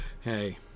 Hey